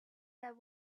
that